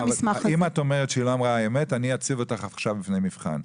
אם את אומרת שהיא לא אמרה אמת אני אציב אותך עכשיו בפני מבחן,